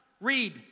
read